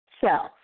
self